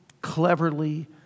cleverly